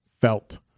felt